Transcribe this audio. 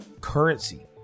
currency